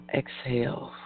exhale